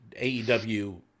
AEW